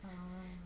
ah